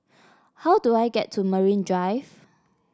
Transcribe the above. how do I get to Marine Drive